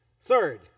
Third